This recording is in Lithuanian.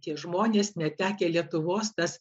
tie žmonės netekę lietuvos tas